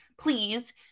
please